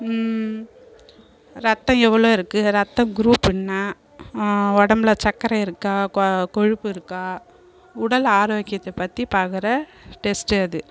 இரத்தம் எவ்வளோ இருக்குது இரத்தம் குரூப் என்ன உடம்புல சர்க்கர இருக்கா கொ கொழுப்பு இருக்கா உடல் ஆரோக்கியத்தை பற்றி பார்க்குற டெஸ்ட்டு அது